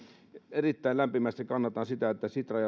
erittäin lämpimästi kannatan sitä että sitra